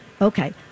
Okay